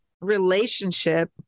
relationship